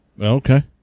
okay